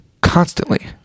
constantly